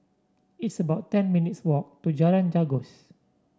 it's about ten minutes' walk to Jalan Janggus